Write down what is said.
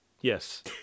yes